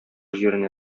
җиренә